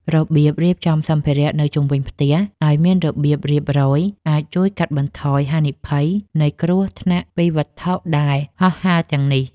របៀបរៀបចំសម្ភារៈនៅជុំវិញផ្ទះឱ្យមានរបៀបរៀបរយអាចជួយកាត់បន្ថយហានិភ័យនៃគ្រោះថ្នាក់ពីវត្ថុដែលហោះហើរទាំងនេះ។